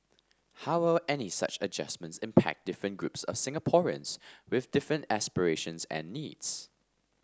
how will any such adjustments impact different groups of Singaporeans with different aspirations and needs